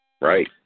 Right